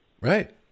right